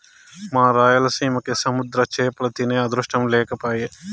మా రాయలసీమకి సముద్ర చేపలు తినే అదృష్టం లేకపాయె